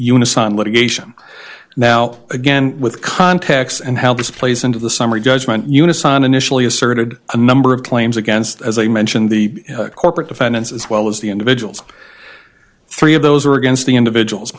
unison litigation now again with context and how this plays into the summary judgment unison initially asserted a number of claims against as you mentioned the corporate defendants as well as the individuals three of those are against the individuals